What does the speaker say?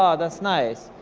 ah that's nice,